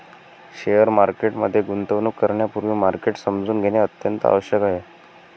share market मध्ये गुंतवणूक करण्यापूर्वी मार्केट समजून घेणे अत्यंत आवश्यक आहे